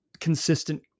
consistent